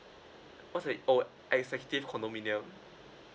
what's that oh executive condominium